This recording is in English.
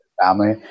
family